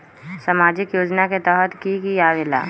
समाजिक योजना के तहद कि की आवे ला?